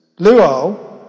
Luo